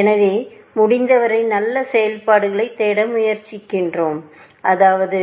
எனவே முடிந்தவரை நல்ல செயல்பாடுகளைத் தேட முயற்சிக்கிறோம் அதாவது